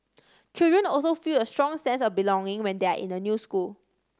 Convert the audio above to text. children also feel a strong sense of belonging when they are in a new school